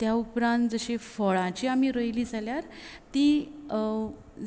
त्या उपरांत जशी फळांची आमी रोयली जाल्यार ती